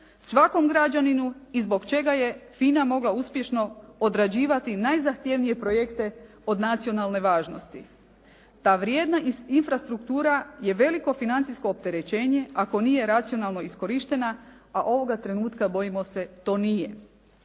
svakom građaninu i zbog čega je FINA mogla uspješno odrađivati najzahtjevnije projekte od nacionalne važnosti. Ta vrijedna infrastruktura je veliko financijsko opterećenje ako nije racionalno iskorištena a ovoga trenutka bojimo se to nije.